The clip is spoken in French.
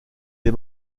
des